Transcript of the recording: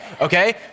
okay